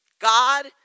God